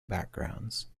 backgrounds